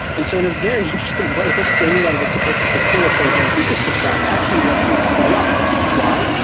and so in a very interesting way, this thing that was supposed to facilitate what you just described actually led to exactly the opposite. why?